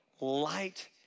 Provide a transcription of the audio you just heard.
light